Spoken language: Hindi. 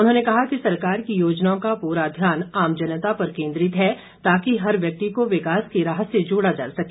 उन्होंने कहा कि सरकार की योजनाओं का पूरा ध्यान आम जनता पर केंद्रित है ताकि हर व्यक्ति को विकास की राह से जोड़ा जा सके